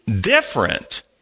different